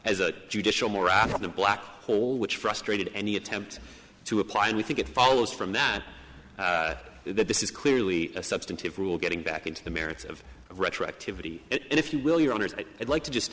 as a judicial more out of the black hole which frustrated any attempt to apply and we think it follows from that that this is clearly a substantive rule getting back into the merits of retroactivity and if you will your honour's i would like to just